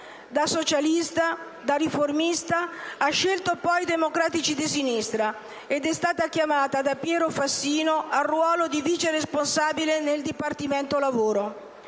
Da socialista e da riformista ha scelto poi i Democratici di Sinistra ed è stata chiamata da Piero Fassino al ruolo di vice responsabile nel Dipartimento lavoro.